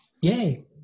Yay